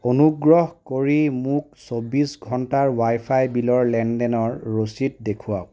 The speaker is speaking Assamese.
অনুগ্ৰহ কৰি মোক চৌব্বিছ ঘণ্টাৰ ৱাইফাই বিলৰ লেনদেনৰ ৰচিদ দেখুৱাওক